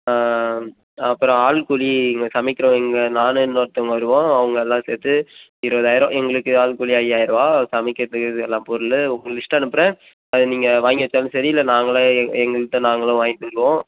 ஆ அப்புறம் ஆள் கூலி இங்கே சமைக்கிறவங்க நா இன்னொருத்தவங்க வருவோம் அவங்க எல்லாம் சேர்த்து இருபதாயிரம் எங்களுக்கு ஆள் கூலி ஐயாயர ரூபா சமைக்கிறதுக்கு இது எல்லா பொருள் உங்களுக்கு லிஸ்ட் அனுப்புகிறேன் அதை நீங்கள் வாங்கி வைச்சாலும் சரி இல்லை நாங்களே எங் எங்கள்கிட்ட நாங்களும் வாங்கிட்டு வருவோம்